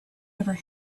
never